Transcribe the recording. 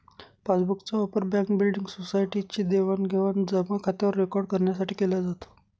passbook चा वापर bank, building, society चे देवाणघेवाण जमा खात्यावर रेकॉर्ड करण्यासाठी केला जातो